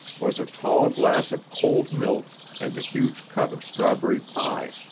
was a tall glass of cold milk and a huge cut of strawberry pie.